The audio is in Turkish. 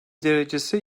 derecesi